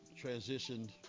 transitioned